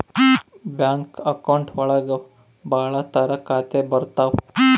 bank account ಒಳಗ ಭಾಳ ತರ ಖಾತೆ ಬರ್ತಾವ್